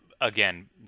again